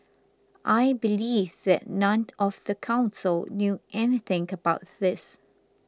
I believe that none of the council knew anything about this